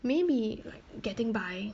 may be like getting by